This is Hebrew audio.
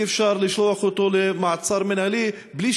אי-אפשר לשלוח אותו למעצר מינהלי מבלי